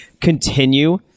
Continue